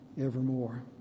evermore